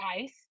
ice